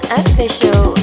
official